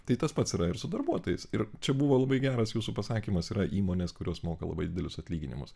tai tas pats yra ir su darbuotojais ir čia buvo labai geras jūsų pasakymas yra įmonės kurios moka labai didelius atlyginimus